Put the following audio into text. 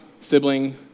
sibling